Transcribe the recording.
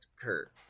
kurt